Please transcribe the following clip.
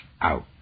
Out